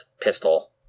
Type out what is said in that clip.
pistol